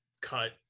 cut